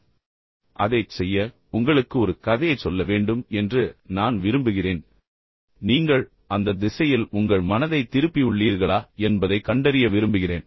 எனவே அதைச் செய்ய உங்களுக்கு ஒரு கதையைச் சொல்ல வேண்டும் என்று நான் விரும்புகிறேன் பின்னர் நீங்கள் உண்மையில் அந்த திசையில் உங்கள் மனதை திருப்பியுள்ளீர்களா என்பதைக் கண்டறிய விரும்புகிறேன்